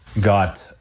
got